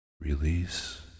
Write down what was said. Release